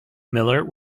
miller